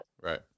Right